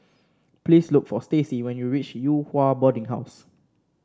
please look for Stacey when you reach Yew Hua Boarding House